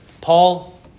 Paul